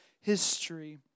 history